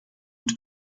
und